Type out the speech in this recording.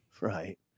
Right